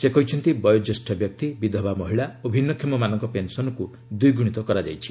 ସେ କହିଛନ୍ତି ବୟୋଜ୍ୟେଷ୍ଠ ବ୍ୟକ୍ତି ବିଧବା ମହିଳା ଓ ଭିନୁଷମମାନଙ୍କ ପେନସନକୁ ଦ୍ୱିଗୁଣିତ କରାଯାଇଛି